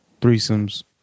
threesomes